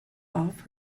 off